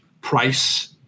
price